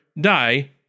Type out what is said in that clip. die